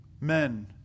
men